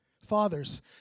Fathers